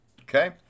Okay